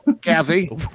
Kathy